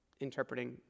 interpreting